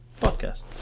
podcast